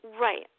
Right